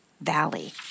valley